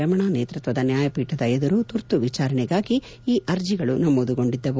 ರಮಣ ನೇತೃತ್ವದ ನ್ಯಾಯಪೀಠದ ಎದುರು ತುರ್ತು ವಿಚಾರಣೆಗಾಗಿ ಈ ಅರ್ಜಿಗಳು ನಮೂದುಗೊಂಡಿದ್ದವು